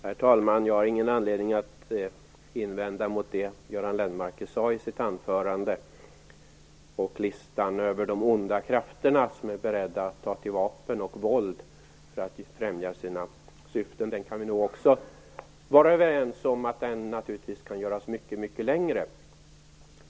Herr talman! Jag har ingen anledning att invända mot det Göran Lennmarker sade i sitt anförande. Listan över de onda krafter som är beredda att ta till vapen och våld för att främja sina syften kan vi nog också vara överens om kan göras mycket längre.